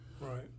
Right